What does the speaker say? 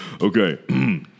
Okay